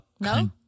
no